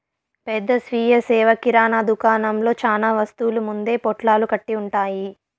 పెద్ద స్వీయ సేవ కిరణా దుకాణంలో చానా వస్తువులు ముందే పొట్లాలు కట్టి ఉంటాయి